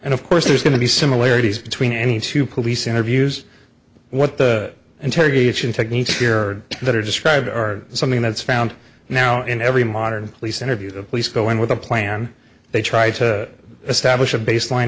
and of course there's going to be similarities between any two police interviews what the interrogation techniques here that are described or something that's found now in every modern police interview the police go in with a plan they try to establish a baseline